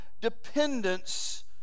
dependence